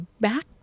back